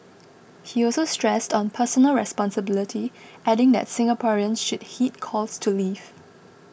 he also stressed on personal responsibility adding that Singaporeans should heed calls to leave